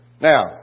Now